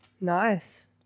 Nice